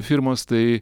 firmos tai